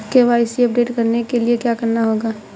KYC update करने के लिए क्या करना होगा?